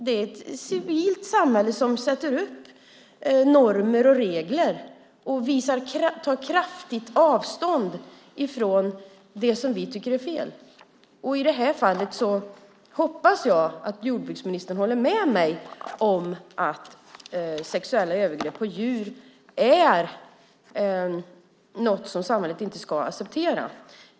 Det är ett civilt samhälle som sätter upp normer och regler och tar kraftigt avstånd från det som vi tycker är fel. I det här fallet hoppas jag att jordbruksministern håller med mig om att sexuella övergrepp på djur är något som samhället inte ska acceptera.